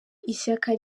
ishyaka